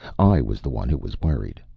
i was the one who was worried.